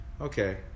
okay